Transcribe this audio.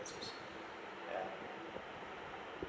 ya